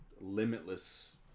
limitless